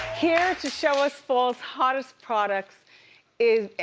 here to show us fall's hottest products is,